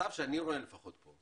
כמצב שאני לפחות רואה פה,